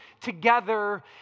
together